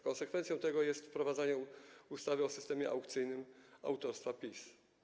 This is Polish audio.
Konsekwencją tego jest wprowadzenie ustawy o systemie aukcyjnym autorstwa PiS.